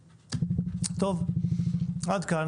טוב, עד כאן